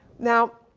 now